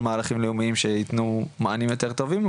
מהלכים לאומיים שיתנו מענים יותר טובים,